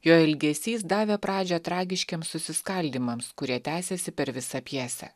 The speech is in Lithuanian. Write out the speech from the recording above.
jo elgesys davė pradžią tragiškiems susiskaldymams kurie tęsiasi per visą pjesę